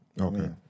Okay